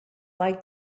like